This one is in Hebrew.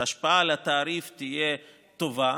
ההשפעה על התעריף תהיה טובה,